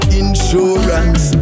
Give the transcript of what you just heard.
insurance